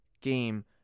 game